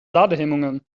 ladehemmungen